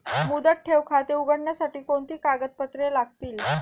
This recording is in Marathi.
मुदत ठेव खाते उघडण्यासाठी कोणती कागदपत्रे लागतील?